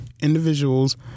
Individuals